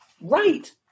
right